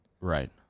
Right